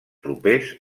propers